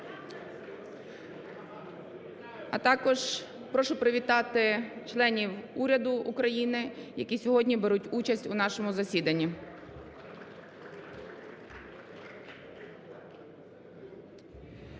А також прошу привітати членів уряду України, які сьогодні беруть участь у нашому засіданні.